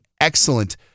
excellent